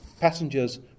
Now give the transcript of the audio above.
Passengers